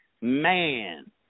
man